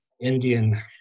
Indian